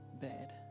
bad